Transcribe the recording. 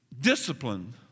disciplined